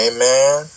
Amen